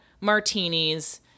martinis